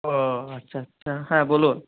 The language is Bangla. ও আচ্ছা আচ্ছা হ্যাঁ বলুন